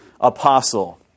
apostle